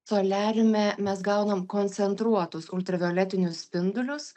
soliariume mes gaunam koncentruotus ultravioletinius spindulius